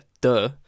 duh